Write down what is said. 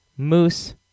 Moose